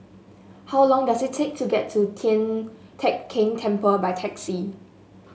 how long does it take to get to Tian Teck Keng Temple by taxi